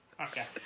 Okay